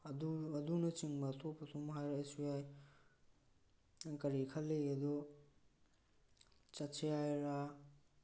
ꯑꯗꯨ ꯑꯗꯨꯅꯆꯤꯡꯕ ꯑꯇꯣꯞꯄꯁꯨ ꯑꯗꯨꯝ ꯍꯥꯏꯔꯛꯑꯁꯨ ꯌꯥꯏ ꯅꯪ ꯀꯔꯤ ꯈꯜꯂꯤꯒꯦꯗꯨ ꯆꯠꯁꯦ ꯍꯥꯏꯔꯥ